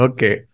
Okay